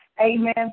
Amen